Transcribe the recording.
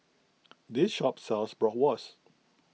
this shop sells Bratwurst